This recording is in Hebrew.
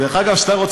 דרך אגב,